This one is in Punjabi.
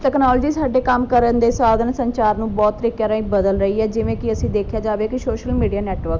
ਤਕਨੋਲੋਜੀ ਸਾਡੇ ਕੰਮ ਕਰਨ ਦੇ ਸਾਧਨ ਸੰਚਾਰ ਨੂੰ ਬਹੁਤ ਤਰੀਕਿਆਂ ਰਾਹੀਂ ਬਦਲ ਰਹੀ ਹੈ ਜਿਵੇਂ ਕਿ ਅਸੀਂ ਦੇਖਿਆ ਜਾਵੇ ਸ਼ੋਸ਼ਲ ਮੀਡੀਆ ਨੈਟਵਰਕ